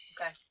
Okay